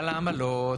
על העמלות,